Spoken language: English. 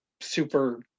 super